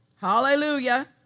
Hallelujah